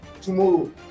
tomorrow